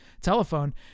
telephone